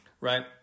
right